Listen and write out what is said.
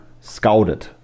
scouted